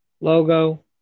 logo